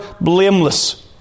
blameless